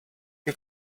you